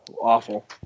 Awful